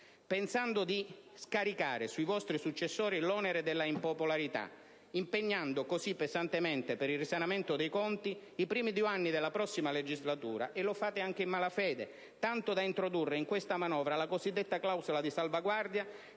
magari di scaricare sui vostri successori l'onere della impopolarità, impegnando così pesantemente per il risanamento dei conti i primi due anni della prossima legislatura. Tra l'altro, lo fate anche in malafede, tanto da introdurre in questa manovra la cosiddetta clausola di salvaguardia,